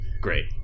Great